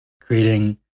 creating